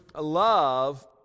love